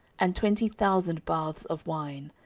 and twenty thousand baths of wine,